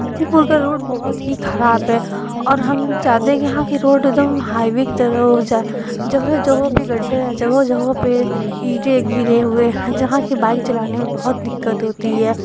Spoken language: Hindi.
गाजिपुर का रोड बहुत ही खराब है और हम चाहते हैं कि यहाँ की रोड एकदम हाईवे की तरह हो जाए जगह जगह पर गढ्ढे हैं जगह जगह पर ईटें गिरी हुई हैं जहाँ कि बाईक चलाने में बहुत दिक्कत होती है